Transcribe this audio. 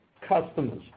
customers